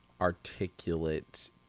articulate